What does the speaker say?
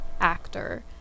actor